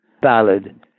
ballad